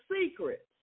secrets